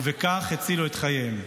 ובכך הצילו את חייהם.